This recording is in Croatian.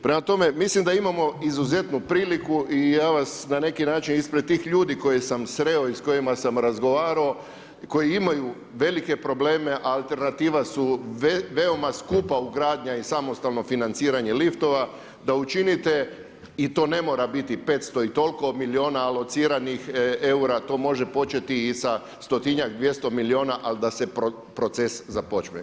Prema tome mislim da imamo izuzetnu priliku i ja vas na neki način ispred tih ljudi koje sam sreo i s kojima sam razgovarao, koji imaju velike probleme, a alternativa su veoma skupa ugradnja i samostalno financiranje liftova da učinite i to ne mora biti 500 i toliko milijuna alociranih eura, to može početi i sa stotinjak i 200 milijuna, ali da se proces započne.